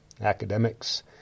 academics